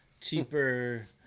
cheaper